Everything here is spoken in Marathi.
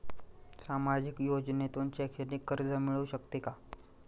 सामाजिक योजनेतून शैक्षणिक कर्ज मिळू शकते का?